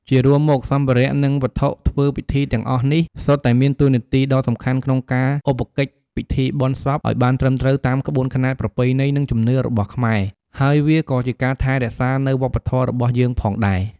ជារួមមក សម្ភារៈនិងវត្ថុធ្វើពិធីទាំងអស់នេះ សុទ្ធតែមានតួនាទីដ៏សំខាន់ក្នុងការឧបកិច្ចពិធីបុណ្យសពឱ្យបានត្រឹមត្រូវតាមក្បួនខ្នាតប្រពៃណី និងជំនឿរបស់ខ្មែរ ហើយវាក៏ជាការថែររក្សានៅវប្បធម៏របស់យើងផងដែរ។